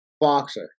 boxer